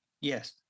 Yes